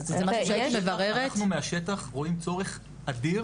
זה משהו שהייתי מבררת אנחנו מהשטח רואים צורך אדיר